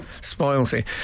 spoilsy